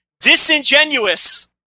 disingenuous